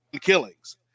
Killings